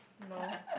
no